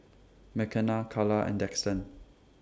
Makenna Kala and Daxton